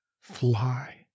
fly